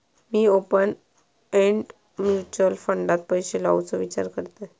मी open end mutual फंडात पैशे लावुचो विचार करतंय